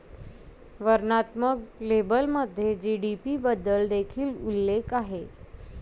वर्णनात्मक लेबलमध्ये जी.डी.पी बद्दल देखील उल्लेख आहे